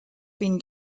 been